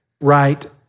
right